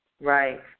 right